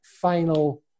final